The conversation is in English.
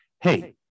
hey